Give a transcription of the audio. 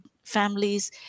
families